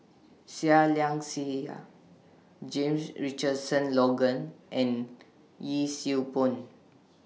Seah Liang Seah James Richardson Logan and Yee Siew Pun